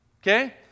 Okay